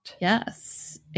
Yes